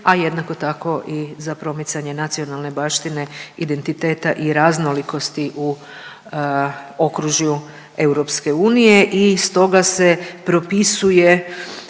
a jednako tako i za promicanje nacionalne baštine, identiteta i raznolikosti u okružju EU i stoga se propisuje